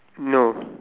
no